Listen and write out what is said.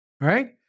right